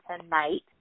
tonight